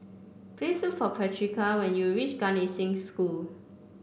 please look for Patrica when you reach Gan Eng Seng School